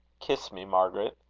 kiss me, margaret,